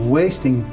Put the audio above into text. wasting